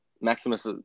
Maximus